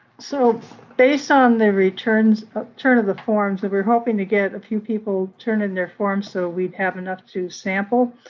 so based on the return of the forms, that we're hoping to get a few people turn in their forms so we'd have enough to sample.